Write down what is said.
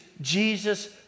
Jesus